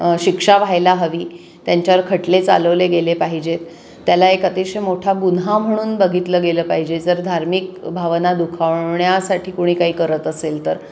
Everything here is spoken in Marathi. शिक्षा व्हायला हवी त्यांच्यावर खटले चालवले गेले पाहिजेत त्याला एक अतिशय मोठा गुन्हा म्हणून बघितलं गेलं पाहिजे जर धार्मिक भावना दुखावण्यासाठी कोणी काही करत असेल तर